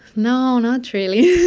no, not really. i